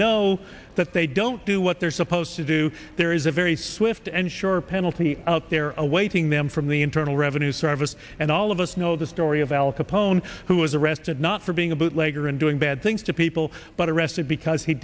know that they don't do what they're supposed to do there is a very swift and sure penalty out there awaiting them from the internal revenue service and all of us know the story of al capone who was arrested not for being a bootlegger and doing bad things to people but arrested because he